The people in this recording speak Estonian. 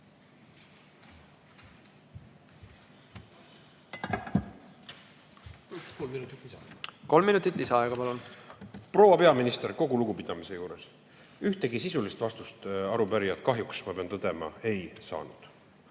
Kolm minutit lisaaega, palun! Proua peaminister, kogu lugupidamise juures: ühtegi sisulist vastust arupärijad kahjuks, ma pean tõdema, ei saanud.